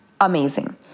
amazing